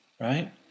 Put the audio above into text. right